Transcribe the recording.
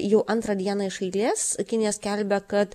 jau antrą dieną iš eilės kinija skelbia kad